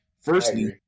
firstly